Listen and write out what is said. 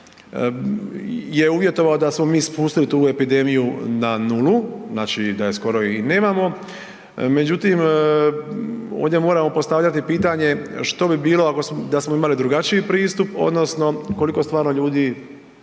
je uvjetovao da smo mi spustili epidemiju na nulu, znači da je skoro i nemamo. Međutim, ovdje moramo postavljati pitanje, što bi bilo da smo imali drugačiji pristup, odnosno koliko stvarno ljudi…